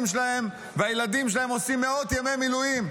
שלהן והילדים שלהן עושים מאות ימי מילואים.